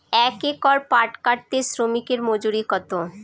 এক একর পাট কাটতে শ্রমিকের মজুরি কত?